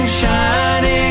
shining